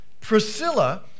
Priscilla